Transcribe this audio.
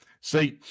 See